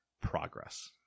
progress